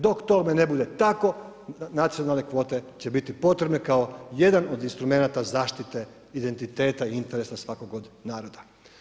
Dok tome ne bude tako, nacionalne kvote će biti potrebne kao jedan od instrumenata zaštite identiteta i interesa svakog od naroda.